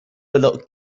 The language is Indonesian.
belok